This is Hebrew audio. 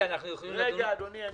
אנחנו יכולים לדון --- רגע, אדוני,